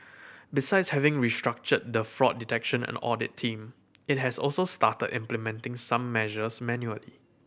besides having restructured the fraud detection and audit team it has also started implementing some measures manually